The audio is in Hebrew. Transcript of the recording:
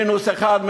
מינוס 1,